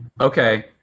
Okay